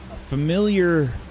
familiar